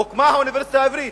הוקמה האוניברסיטה העברית.